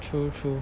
true true